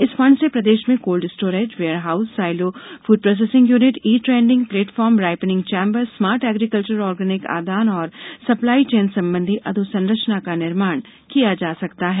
इस फंड से प्रदेश में cold storage warehouse silo food processing unit e trading platform ripening chamber smart agriculture organic आदान और सप्लाई चेन संबंधी अधोसंरचना का निर्माण किया जा सकता है